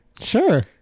Sure